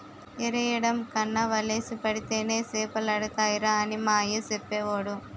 ఎరెయ్యడం కన్నా వలేసి పడితేనే సేపలడతాయిరా అని మా అయ్య సెప్పేవోడు